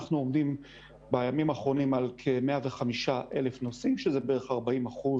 אנחנו עומדים בימים האחרונים על כ-105,000 נוסעים שזה בערך 40%